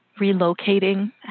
relocating